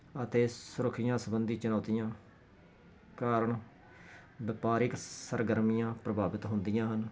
ਅਤੇ ਸੁਰੱਖਿਆ ਸੰਬੰਧੀ ਚੁਣੌਤੀਆਂ ਕਾਰਨ ਵਪਾਰਿਕ ਸਰਗਰਮੀਆਂ ਪ੍ਰਭਾਵਿਤ ਹੁੰਦੀਆਂ ਹਨ